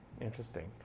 Interesting